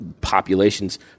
populations